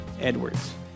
Edwards